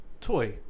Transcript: toy